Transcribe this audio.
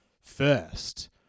first